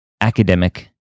academic